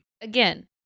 Again